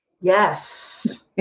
Yes